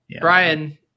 Brian